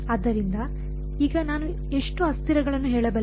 ಆದ್ದರಿಂದ ಈಗ ನಾನು ಎಷ್ಟು ಅಸ್ಥಿರಗಳನ್ನು ಹೇಳಬಲ್ಲೆ